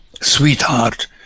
sweetheart